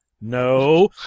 No